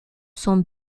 son